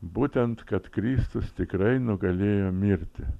būtent kad kristus tikrai nugalėjo mirtį